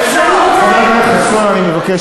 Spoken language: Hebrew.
למפגע